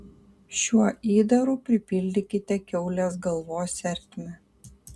šiuo įdaru pripildykite kiaulės galvos ertmę